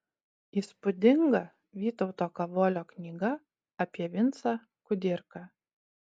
įspūdinga vytauto kavolio knyga apie vincą kudirką